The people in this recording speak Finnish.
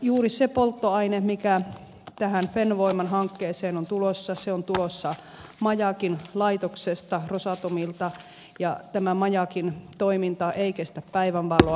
juuri se polttoaine mikä tähän fennovoiman hankkeeseen on tulossa on tulossa majakin laitoksesta rosatomilta ja majakin toiminta ei kestä päivänvaloa